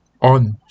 on